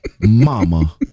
Mama